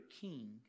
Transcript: king